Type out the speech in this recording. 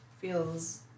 feels